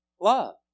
love